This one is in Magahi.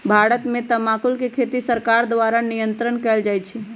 भारत में तमाकुल के खेती सरकार द्वारा नियन्त्रण कएल जाइ छइ